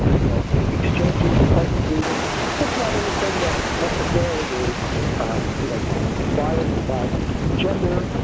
you know exchanging pleasant greetings that's not anything that necessarily is you know biased by a gender,